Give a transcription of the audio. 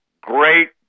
great